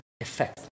effect